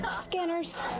Scanners